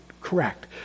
correct